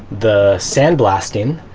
the sandblasting,